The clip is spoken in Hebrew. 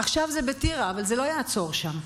עכשיו זה בטירה, אבל זה לא יעצור שם.